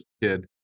kid